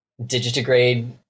digitigrade